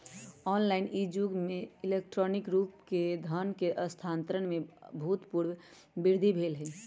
online के इ जुग में इलेक्ट्रॉनिक रूप से धन के स्थानान्तरण में अभूतपूर्व वृद्धि भेल हइ